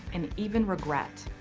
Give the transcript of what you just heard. and even regret.